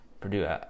Purdue